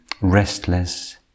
restless